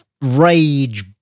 rage